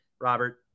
Robert